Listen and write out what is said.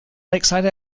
lakeside